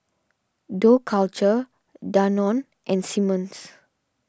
Dough Culture Danone and Simmons